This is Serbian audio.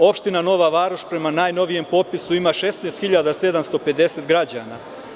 Opština Nova Varoš prema najnovijem popisu ima 16.750 građana.